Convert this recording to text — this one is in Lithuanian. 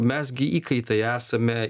mes gi įkaitai esame